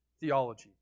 theology